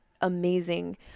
amazing